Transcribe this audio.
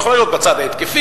היא יכולה להיות בצד ההתקפי.